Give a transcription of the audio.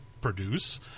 produce